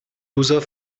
user